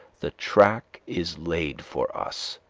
the track is laid for us.